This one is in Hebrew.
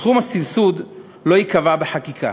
סכום הסבסוד לא ייקבע בחקיקה.